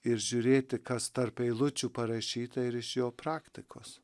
ir žiūrėti kas tarp eilučių parašyta ir iš jo praktikos